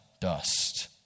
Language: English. dust